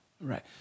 Right